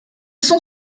sont